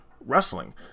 wrestling